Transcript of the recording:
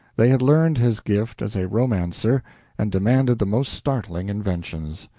they had learned his gift as a romancer and demanded the most startling inventions.